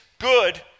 good